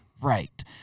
Right